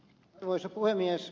arvoisa puhemies